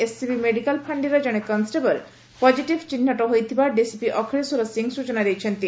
SCB medical ଫାଣ୍ଡିର ଜଣେ କନଷେବଳ ପଜିଟିଭ ଚିହ୍ବଟ ହୋଇଥିବା ଡିସିପି ଅଖ୍ଳେଶ୍ୱର ସିଂ ସ୍ଟଚନା ଦେଇଛନ୍ତି